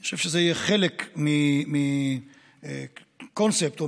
אני חושב שזה יהיה חלק מקונספט או